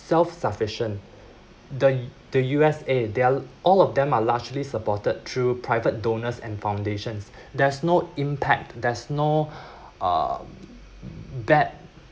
self sufficient the the U_S_A they're all of them are largely supported through private donors and foundations there’s no impact there's no uh bad